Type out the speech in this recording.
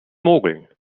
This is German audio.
mogeln